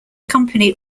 company